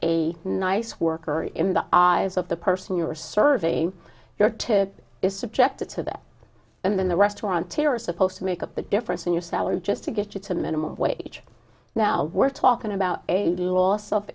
a nice worker in the eyes of the person you're serving your to is subjected to that and then the restaurant to are supposed to make up the difference in your salary just to get you to minimum wage now we're talking about a loss of